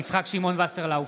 יצחק שמעון וסרלאוף,